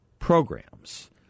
programs